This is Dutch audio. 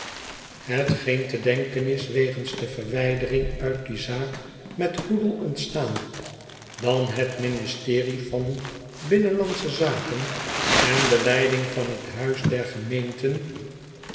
te denken is wegens de verwijdering uit die zaak met hoodle ontstaan dan het ministerie van binnenlandsche zaken en de leiding van het huis der gemeenten